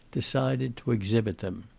decided to exhibit them.